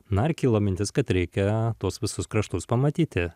na ir kilo mintis kad reikia tuos visus kraštus pamatyti